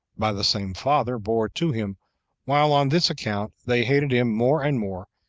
by the same father, bore to him while on this account they hated him more and more,